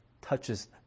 touches